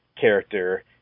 character